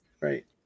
Right